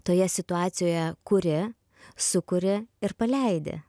toje situacijoje kuri sukuri ir paleidi